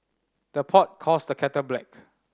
the pot calls the kettle black